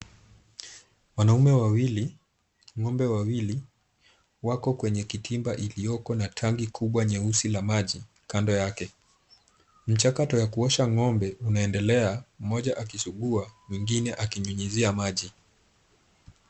Wanaume wawili, ng'ombe wawili wako kwenye kitimba iliyoko na tanki kubwa nyeusi la maji kando yake. Mchakato wa kuosha ng'ombe unaendelea mmoja akisuguwa mwingine akinyunyizia maji.